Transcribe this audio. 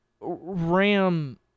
RAM